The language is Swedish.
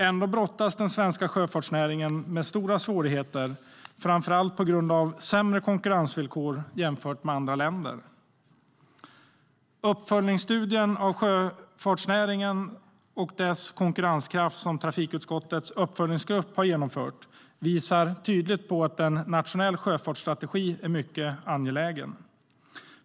Ändå brottas den svenska sjöfartsnäringen med stora svårigheter, framför allt på grund av sämre konkurrensvillkor jämfört med andra länder. Uppföljningsstudien av sjöfartsnäringen och dess konkurrenskraft som trafikutskottets uppföljningsgrupp har genomfört visar tydligt att en nationell sjöfartsstrategi är mycket angelägen.